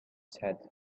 said